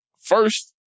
first